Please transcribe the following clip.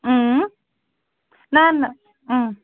نہ نہ